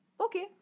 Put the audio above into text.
okay